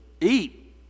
Eat